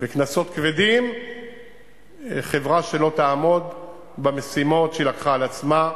בקנסות כבדים חברה שלא תעמוד במשימות שהיא לקחה על עצמה,